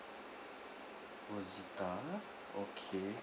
rosetta okay